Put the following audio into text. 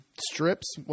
strips